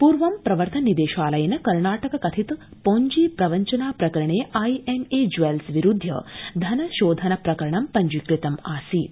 पूर्व प्रवर्तन निदेशालयेन कर्णाटक कथित पोंजी प्रवञ्चना प्रकरणे आईएमए ज्वैल्स विरूद्ध्य धनशोधन प्रकरणं पञ्जीकृतम् आसीत्